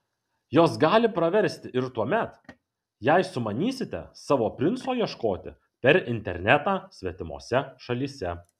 jos gali praversti ir tuomet jei sumanysite savo princo ieškoti per internetą svetimose šalyse